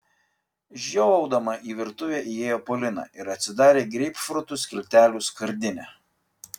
žiovaudama į virtuvę įėjo polina ir atsidarė greipfrutų skiltelių skardinę